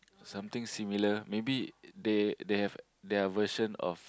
something similar maybe they they have their version of